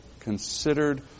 considered